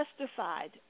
justified